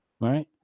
right